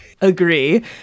agree